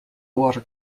water